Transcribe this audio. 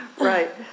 Right